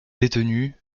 détenue